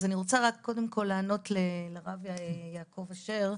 אז אני רוצה רק קודם כל לענות לרב יעקב אשר.